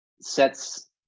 sets